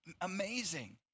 amazing